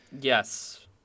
Yes